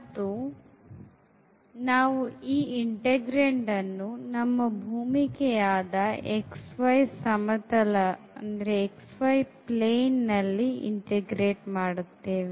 ಮತ್ತು ನಾವು ಈ integrand ಅನ್ನು ನಮ್ಮ ಭೂಮಿಕೆಯಾದ xy ಸಮತಲದಲ್ಲಿ integrate ಮಾಡುತ್ತೇವೆ